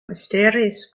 mysterious